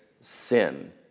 sin